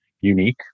unique